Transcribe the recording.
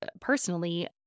personally